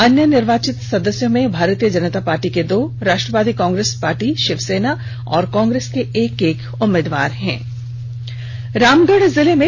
अन्य निर्वाचित सदस्यों में भारतीय जनता पार्टी के दो राष्ट्रवादी कांग्रेस पार्टी शिवसेना और कांग्रेस के एक एक उम्मीदवार शामिल है